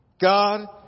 God